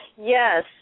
Yes